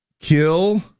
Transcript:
kill